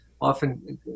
often